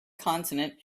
consonant